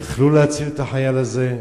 יכלו להציל את החייל הזה.